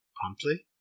promptly